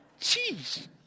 jeez